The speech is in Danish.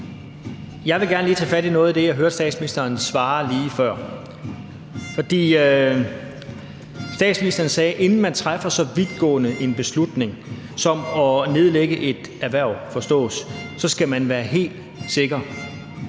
Jeg vil gerne lige tage fat i noget af det, jeg hørte statsministeren svare lige før. For statsministeren sagde, at inden man træffer så vidtgående en beslutning – som at nedlægge et erhverv, forstås – skal man være helt sikker.